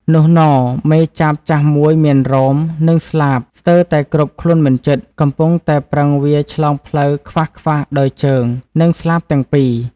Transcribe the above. នុះន មេចាបចាស់មួយមានរោម និងស្លាបស្ទើរតែគ្របខ្លួនមិនជិត កំពុងតែប្រឹងវារឆ្លងផ្លូវខ្វាសៗដោយជើង និងស្លាបទាំងពីរ ។